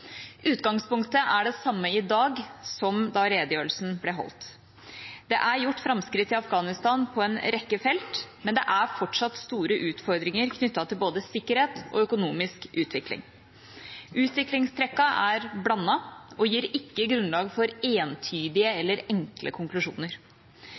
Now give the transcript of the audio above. Utgangspunktet er det samme i dag som da redegjørelsen ble holdt. Det er gjort framskritt i Afghanistan på en rekke felt, men det er fortsatt store utfordringer knyttet til både sikkerhet og økonomisk utvikling. Utviklingstrekkene er blandede og gir ikke grunnlag for entydige